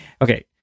Okay